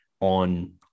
on